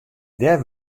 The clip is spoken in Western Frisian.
dêr